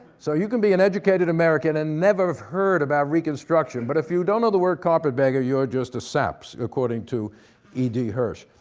so you can be an educated american and never heard about reconstruction. but if you don't know the word carpetbagger, you're just a sap, according to e d. hirsch.